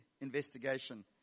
investigation